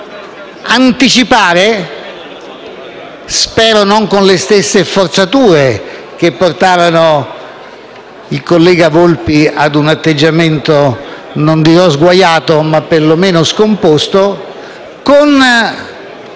di anticipare - spero non con le stesse forzature che portarono il collega Volpi ad un atteggiamento non dirò sguaiato ma perlomeno scomposto -